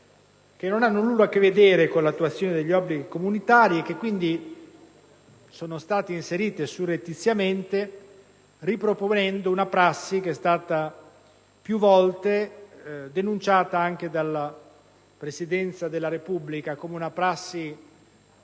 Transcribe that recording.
che non hanno nulla a che vedere con l'attuazione di obblighi comunitari e che pertanto sono state inserite surrettiziamente, riproponendo una prassi che è stata più volte denunciata, anche dalla Presidenza della Repubblica, come